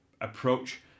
approach